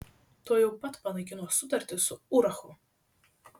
tuojau pat panaikino sutartį su urachu